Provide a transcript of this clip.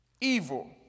Evil